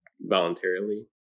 voluntarily